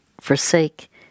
forsake